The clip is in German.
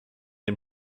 den